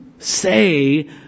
Say